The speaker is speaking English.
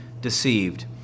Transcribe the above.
deceived